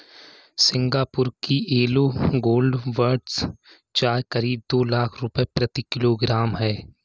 Singapore की yellow gold buds चाय करीब दो लाख रुपए प्रति किलोग्राम है